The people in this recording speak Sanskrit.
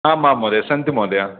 आम् आम् महोदय सन्ति महोदय